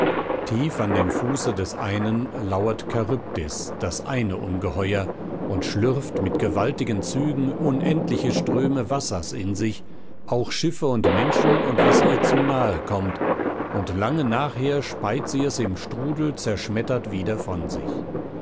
tief an dem fuße des einen lauert charybdis das eine ungeheuer und schlürft mit gewaltigen zügen unendliche ströme wassers in sich auch schiffe und menschen und was ihr zu nahe kommt und lange nachher speit sie es im strudel zerschmettert wieder von sich